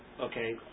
okay